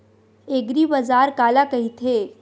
एग्रीबाजार काला कइथे?